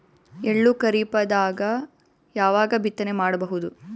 ಎಳ್ಳು ಖರೀಪದಾಗ ಯಾವಗ ಬಿತ್ತನೆ ಮಾಡಬಹುದು?